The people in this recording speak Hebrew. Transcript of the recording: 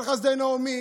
על חסדי נעמי